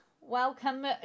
welcome